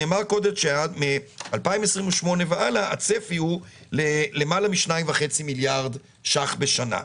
נאמר קודם שמ-2028 והלאה הצפי הוא למעלה מ-2.5 מיליארד שקלים בשנה,